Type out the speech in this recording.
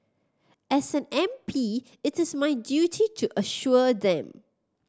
as an M P it is my duty to assure them